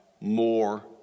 more